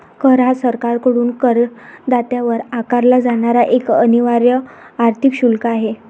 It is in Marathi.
कर हा सरकारकडून करदात्यावर आकारला जाणारा एक अनिवार्य आर्थिक शुल्क आहे